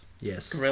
Yes